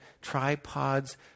tripods